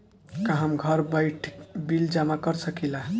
का हम घर बइठे बिल जमा कर शकिला?